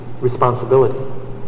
responsibility